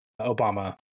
Obama